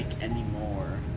anymore